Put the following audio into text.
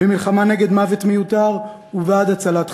במלחמה נגד מוות מיותר ובעד הצלת חיים,